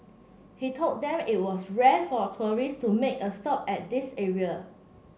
he told them that it was rare for a tourist to make a stop at this area